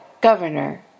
governor